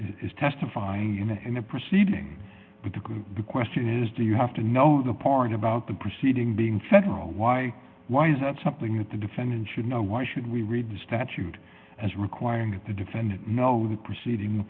is testifying in a proceeding with a group the question is do you have to know the part about the proceeding being federal why why is that something that the defendant should know why should we read the statute as requiring that the defendant know the proceeding